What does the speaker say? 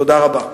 תודה רבה.